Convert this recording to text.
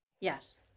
yes